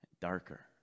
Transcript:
darker